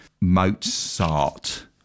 Mozart